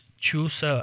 choose